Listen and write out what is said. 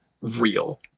real